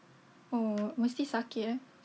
oh mesti sakit eh